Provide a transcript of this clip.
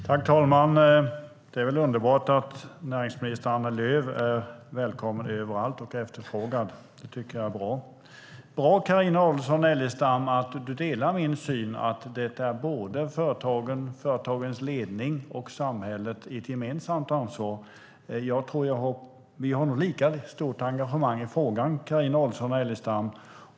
Herr talman! Det är väl underbart att näringsminister Annie Lööf är välkommen överallt och efterfrågad. Det tycker jag är bra. Det är bra, Carina Adolfsson Elgestam, att du delar min syn att företagens ledning och samhället har ett gemensamt ansvar. Jag tror nog att vi har lika stort engagemang i frågan, Carina Adolfsson Elgestam och jag.